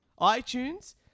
iTunes